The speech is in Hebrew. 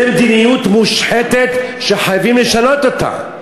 זו מדיניות מושחתת שחייבים לשנות אותה.